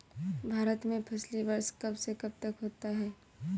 भारत में फसली वर्ष कब से कब तक होता है?